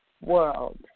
world